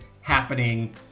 happening